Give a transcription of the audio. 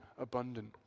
abundant